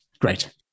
Great